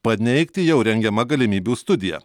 paneigti jau rengiama galimybių studija